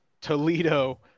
Toledo